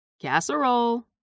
casserole